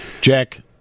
jack